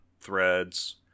threads